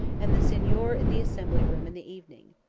and the signor in the assembly room in the evening.